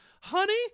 Honey